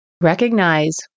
Recognize